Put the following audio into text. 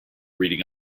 reading